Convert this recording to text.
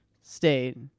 state